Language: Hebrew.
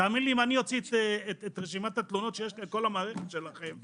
אם אני אוציא את רשימת התלונות שיש לי על כל המערכת שלכם,